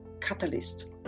catalyst